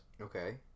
Okay